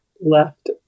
left